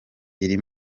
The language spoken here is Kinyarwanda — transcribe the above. iri